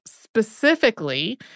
specifically